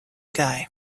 guy